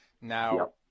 Now